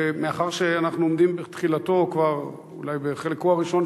מאחר שאנחנו עומדים בתחילתו או בחלקו הראשון